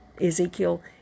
Ezekiel